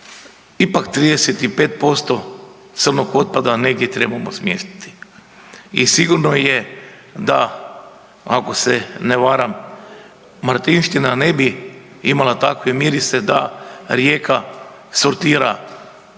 ipak 35% crnog otpada negdje trebamo smjestiti i sigurno je da ako se ne varam, Marinšćina ne bi imala takve mirise da Rijeka sortira